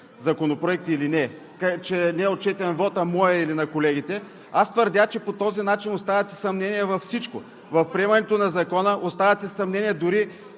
законопроект или не, че не е отчетен моят вот или на колегите. Аз твърдя, че по този начин оставяте съмнения във всичко – в приемането на Закона, оставяте съмнения дори